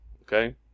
Okay